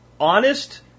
honest